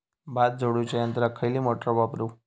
भात झोडूच्या यंत्राक खयली मोटार वापरू?